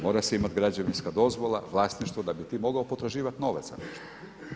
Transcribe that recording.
Mora se imati građevinska dozvola, vlasništvo da bi ti mogao potraživati novac za nešto.